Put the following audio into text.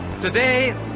today